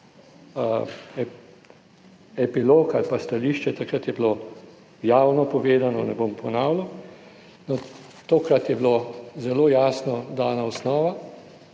Epilog ali pa stališče, takrat je bilo javno povedano, ne bom ponavljal, no, tokrat je bilo zelo jasno dana osnova,